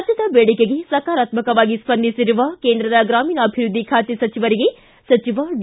ರಾಜ್ಯದ ಬೇಡಿಕೆಗೆ ಸಕಾರಾತ್ಸವಾಗಿ ಸ್ವಂದಿಸಿರುವ ಕೇಂದ್ರದ ಗ್ರಾಮೀಣಾಭಿವೃದ್ಧಿ ಖಾತೆ ಸಚಿವರಿಗೆ ಸಚಿವ ಡಿ